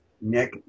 Nick